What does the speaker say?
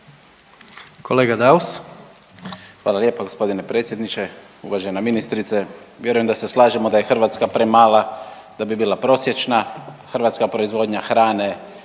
Hrvatska proizvodnja hrane